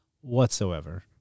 whatsoever